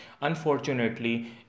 unfortunately